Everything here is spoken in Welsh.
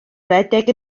redeg